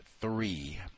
three